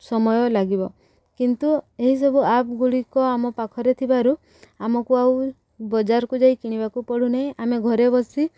ସମୟ ଲାଗିବ କିନ୍ତୁ ଏହିସବୁ ଆପ୍ ଗୁଡ଼ିକ ଆମ ପାଖରେ ଥିବାରୁ ଆମକୁ ଆଉ ବଜାରକୁ ଯାଇ କିଣିବାକୁ ପଡ଼ୁନାହିଁ ଆମେ ଘରେ ବସି